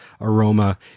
aroma